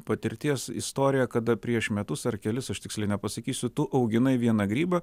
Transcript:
patirties istorija kada prieš metus ar kelis aš tiksliai nepasakysiu tu auginai vieną grybą